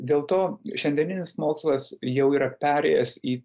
dėl to šiandieninis mokslas jau yra perėjęs į